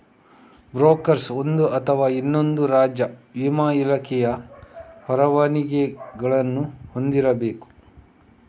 broker ಒಂದು ಅಥವಾ ಇನ್ನೊಂದು ರಾಜ್ಯ ವಿಮಾ ಇಲಾಖೆಯ ಪರವಾನಗಿಗಳನ್ನು ಹೊಂದಿರಬೇಕು